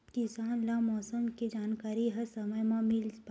किसान ल मौसम के जानकारी ह समय म मिल पाही?